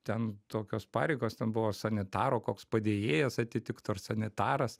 ten tokios pareigos ten buvo sanitaro koks padėjėjas atitiktų ar sanitaras